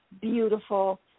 beautiful